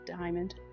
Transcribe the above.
diamond